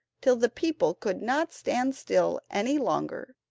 till the people could not stand still any longer,